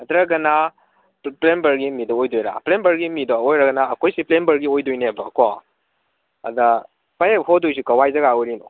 ꯅꯠꯇ꯭ꯔꯒꯅ ꯄ꯭ꯂꯦꯝꯕꯔꯒꯤ ꯃꯤꯗ ꯑꯣꯏꯗꯣꯏꯔꯥ ꯄ꯭ꯂꯦꯝꯕꯔꯒꯤ ꯃꯤꯗ ꯑꯣꯏꯔꯒꯅ ꯑꯩꯈꯣꯏꯁꯤ ꯄ꯭ꯂꯦꯝꯕꯔꯒꯤ ꯑꯣꯏꯗꯣꯏꯅꯦꯕꯀꯣ ꯑꯗ ꯄꯥꯌꯦꯞ ꯍꯣꯗꯣꯏꯁꯤ ꯀꯋꯥꯏ ꯖꯒꯥ ꯑꯣꯏꯔꯤꯅꯣ